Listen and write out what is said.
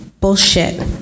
bullshit